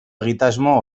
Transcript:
egitasmo